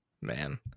Man